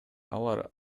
алар